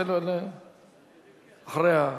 אחרי.